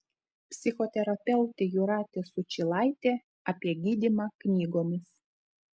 psichoterapeutė jūratė sučylaitė apie gydymą knygomis